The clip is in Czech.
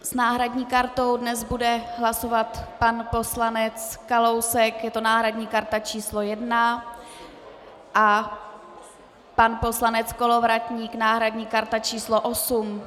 S náhradní kartou dnes bude hlasovat pan poslanec Kalousek, je to náhradní karta číslo 1, a pan poslanec Kolovratník náhradní karta číslo 8.